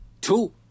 two